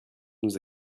nous